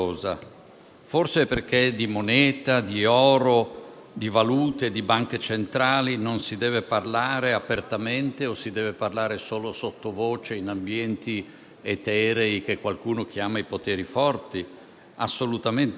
Forse perché di moneta, di oro, di valute, di banche centrali non si deve parlare apertamente o si deve parlare solo sottovoce in ambienti eterei, che qualcuno chiama i poteri forti? Assolutamente no.